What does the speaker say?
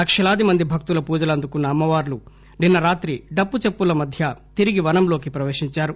లక్షలాదిమంది భక్తుల పూజలందుకున్న అమ్మవార్లు నిన్స రాత్రి డప్పు చప్పుళ్ల మధ్య తిరిగి వనంలోకి ప్రపేశించారు